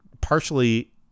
partially